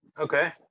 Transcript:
Okay